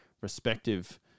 respective